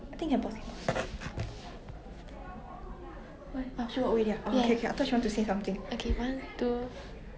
ya I think cause like 狗 right 你要带他们出去 then 要跑步要玩 then 它们 like require a lot of attention